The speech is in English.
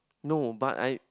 no but I